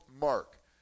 Mark